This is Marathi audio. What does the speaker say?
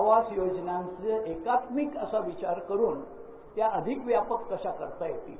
आवास योजनाचं एकात्मिक असा विचार करून त्या अधिक व्यापक कशा करता येतील